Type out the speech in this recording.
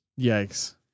Yikes